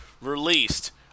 released